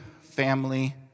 family